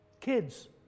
Kids